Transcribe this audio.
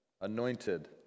anointed